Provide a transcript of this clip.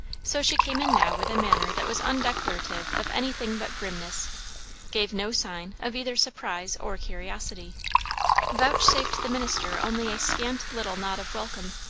so she came in now with a manner that was undeclarative of anything but grimness gave no sign of either surprise or curiosity vouchsafed the minister only a scant little nod of welcome,